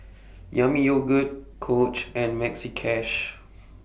Yami Yogurt Coach and Maxi Cash